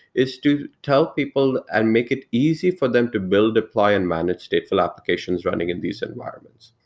is to tell people and make it easy for them to build, deploy and manage stateful applications running in these environments.